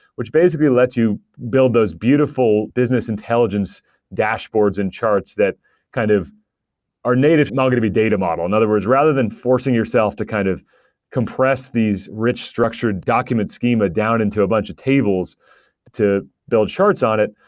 which basically lets you build those beautiful business intelligence dashboards and charts that kind of are native mongodb data model. in other words, rather than forcing yourself to kind of compress these rich structured document schema down into a bunch of tables to build charts on it,